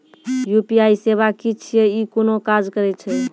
UPI सेवा की छियै? ई कूना काज करै छै?